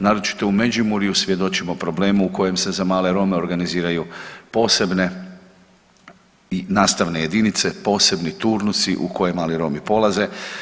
Naročito u Međimurju, svjedočimo problemu u kojem se za male Rome organiziraju posebne nastavne jedinice, posebni turnusi u kojem mali Romi polaze.